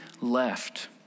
left